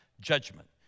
judgment